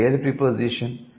ఇక్కడ ఏది ప్రిపోజిషన్